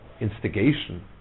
instigation